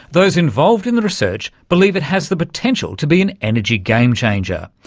those involved in the research believe it has the potential to be an energy game-changer.